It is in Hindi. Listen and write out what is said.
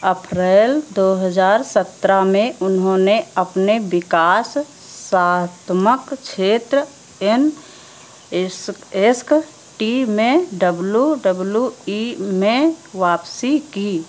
अप्रैल दो हज़ार सतरह में उन्होंने अपने विकासात्मक क्षेत्र एन एस एक्स टी में डब्ल्यू डब्ल्यू ई में वापसी की